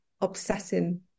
obsessing